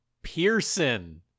Pearson